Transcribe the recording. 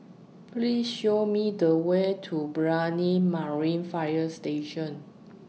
Please Show Me The Way to Brani Marine Fire Station